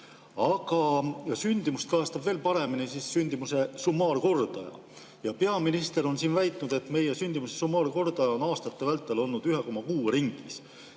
Aga sündimust kajastab veel paremini sündimuse summaarkordaja ja peaminister on siin väitnud, et meie sündimuse summaarkordaja on aastate vältel olnud 1,6 ringis.